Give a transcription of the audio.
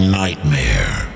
nightmare